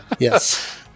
Yes